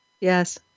yes